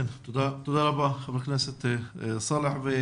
תודה רבה ח"כ סאלח.